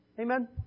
Amen